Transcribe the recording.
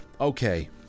Okay